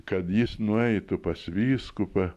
kad jis nueitų pas vyskupą